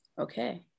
Okay